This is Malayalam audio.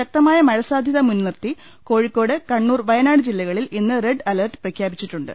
ശക്തമായ് മഴ സാധ്യത മുൻനിർത്തി കോഴിക്കോട് കണ്ണൂർ വയനാട് ജില്ലകളിൽ ഇന്ന് റെഡ് അലർട്ട് പ്രഖ്യാപിച്ചിട്ടുണ്ട്